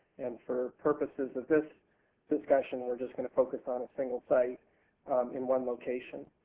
and for purposes of this discussion, weire just going to focus on a single site in one location.